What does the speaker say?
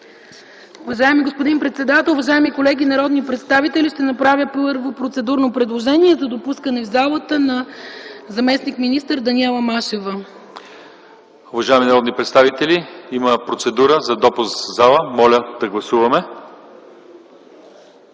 Уважаеми господин председател, уважаеми колеги народни представители! Ще направя първо процедурно предложение за допускане в залата на заместник-министър Даниела Машева. ПРЕДСЕДАТЕЛ ЛЪЧЕЗАР ИВАНОВ: Уважаеми народни представители, има процедура за допуск в залата. Моля да гласуваме.